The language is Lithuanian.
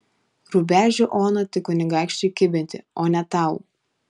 rubežių oną tik kunigaikščiui kibinti o ne tau